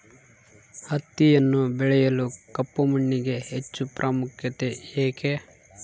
ಹತ್ತಿಯನ್ನು ಬೆಳೆಯಲು ಕಪ್ಪು ಮಣ್ಣಿಗೆ ಹೆಚ್ಚು ಪ್ರಾಮುಖ್ಯತೆ ಏಕೆ?